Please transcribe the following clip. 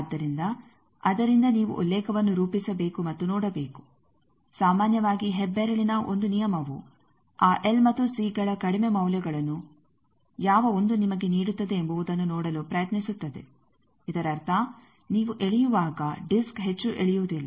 ಆದ್ದರಿಂದ ಅದರಿಂದ ನೀವು ಉಲ್ಲೇಖವನ್ನು ರೂಪಿಸಬೇಕು ಮತ್ತು ನೋಡಬೇಕು ಸಾಮಾನ್ಯವಾಗಿ ಹೆಬ್ಬೆರಳಿನ 1 ನಿಯಮವು ಆ ಎಲ್ ಮತ್ತು ಸಿಗಳ ಕಡಿಮೆ ಮೌಲ್ಯಗಳನ್ನು ಯಾವ 1 ನಿಮಗೆ ನೀಡುತ್ತದೆ ಎಂಬುವುದನ್ನು ನೋಡಲು ಪ್ರಯತ್ನಿಸುತ್ತದೆ ಇದರರ್ಥ ನೀವು ಎಳೆಯುವಾಗ ಡಿಸ್ಕ್ ಹೆಚ್ಚು ಎಳೆಯುವುದಿಲ್ಲ